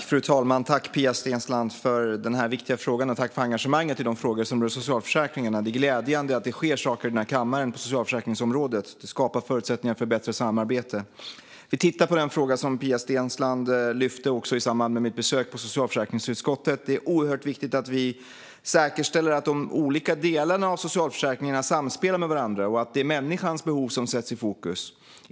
Fru talman! Tack, Pia Steensland, för den viktiga frågan, och tack för engagemanget i frågor som rör socialförsäkringen! Det är glädjande att det sker saker i kammaren på socialförsäkringsområdet. Det skapar förutsättningar för bättre samarbete. Vi tittar på den fråga som Pia Steensland också lyfte upp i samband med mitt besök i socialförsäkringsutskottet. Det är oerhört viktigt att vi säkerställer att de olika delarna av socialförsäkringarna samspelar med varandra och att det är människans behov som sätts i fokus.